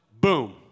boom